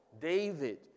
David